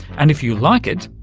and if you like it,